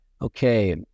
Okay